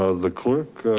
ah the clerk,